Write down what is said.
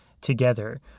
together